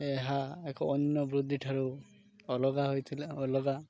ଏହା ଏକ ଅନ୍ୟ ବୃତ୍ତି ଠାରୁ ଅଲଗା ହୋଇଥିଲା ଅଲଗା